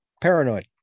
Paranoid